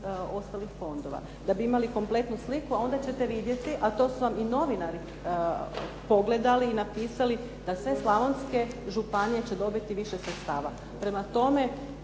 ostalih fondova da bi imali konkretnu sliku. Onda ćete vidjeti, a to su vam i novinari pogledali i napisali da sve slavonske županije će dobiti više sredstava.